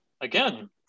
Again